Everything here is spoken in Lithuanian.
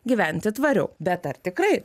gyventi tvariau bet ar tikrai